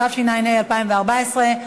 התשע"ה 2014,